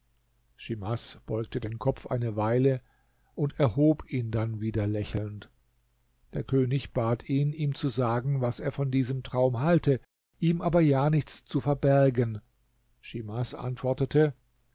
beugte den kopf eine weile und erhob ihn dann wieder lächelnd der könig bat ihn ihm zu sagen was er von diesem traum halte ihm aber ja nichts zu verbergen schimas antwortete